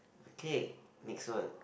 okay next one